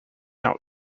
out